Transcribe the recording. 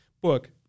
book